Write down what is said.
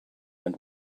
and